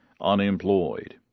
unemployed